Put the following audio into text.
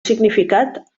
significat